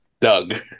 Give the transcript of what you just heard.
Doug